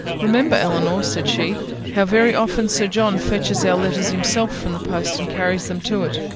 remember, elinor, said she, how very often sir john fetches our letters himself from the post, and carries them to it.